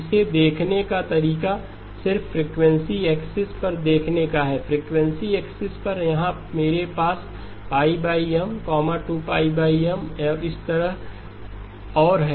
इसे देखने का तरीका सिर्फ फ्रिकवेंसी एक्सिस पर देखने का है फ्रीक्वेंसी एक्सिस पर यहाँ मेरे पास π M 2 M और इसी तरह ओर है